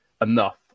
enough